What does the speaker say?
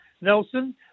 Nelson